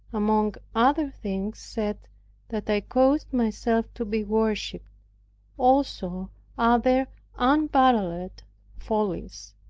among other things, said that i caused myself to be worshiped also other unparalleled follies.